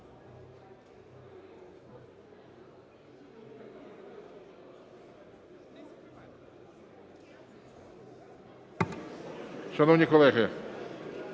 Шановні колеги,